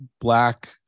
black